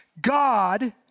God